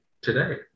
today